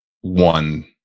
one